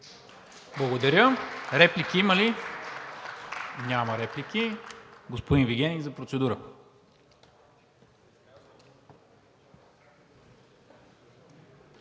Благодаря. Реплики има ли? Няма реплики. Господин Вигенин – за процедура.